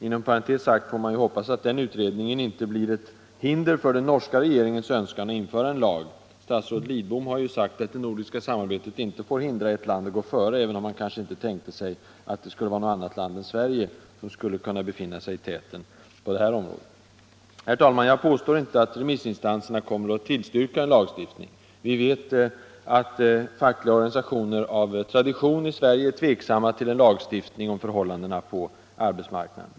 Inom parentes sagt får man hoppas att den utredningen inte blir ett hinder för den norska regeringens önskan att införa en lag. Statsrådet Lidbom har sagt att det nordiska samarbetet inte får hindra ett land att gå före — även om han kanske inte tänkte sig att något annat land än Sverige skulle kunna befinna sig i täten på det här området. Herr talman! Jag påstår inte att remissinstanserna kommer att tillstyrka en lagstiftning. Vi vet att de fackliga organisationerna i Sverige av tradition är tveksamma till lagstiftning om förhållandena på arbetsmarknaden.